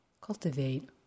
cultivate